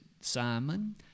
Simon